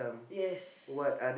yes